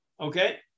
Okay